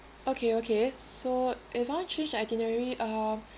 okay okay so if I change the itinerary uh